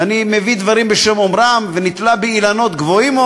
ואני מביא דברים בשם אומרם ונתלה באילנות גבוהים,